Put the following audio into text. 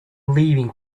leaving